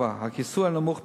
4. הכיסוי הנמוך בקהילה,